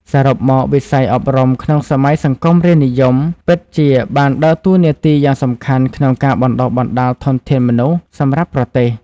សរុបមក វិស័យអប់រំក្នុងសម័យសង្គមរាស្រ្តនិយមពិតជាបានដើរតួនាទីយ៉ាងសំខាន់ក្នុងការបណ្តុះបណ្តាលធនធានមនុស្សសម្រាប់ប្រទេស។